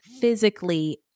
physically